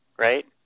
right